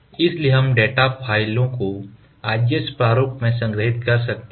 इसलिए हम डेटा फ़ाइलों को IGS प्रारूप में संग्रहीत कर सकते हैं